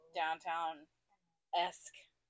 downtown-esque